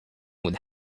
would